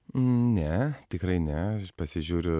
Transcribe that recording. ne tikrai ne pasižiūriu